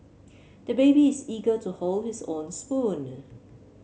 the baby is eager to hold his own spoon